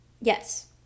Yes